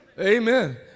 Amen